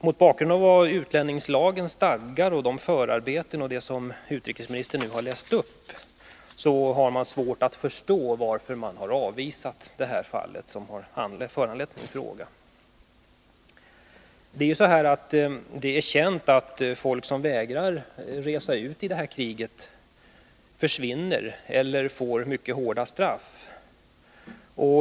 Mot bakgrund av vad utlänningslagen stadgar och av det som utrikesministern säger i svaret om vad som gäller enligt lagens förarbeten är det svårt att förstå varför man har avvisat i det fall som har föranlett min fråga. Det är känt att folk som vägrar att resa ut i det här kriget försvinner eller får mycket hårda straff.